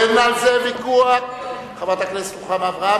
אז לפחות שר האוצר, שנמצא בחוץ,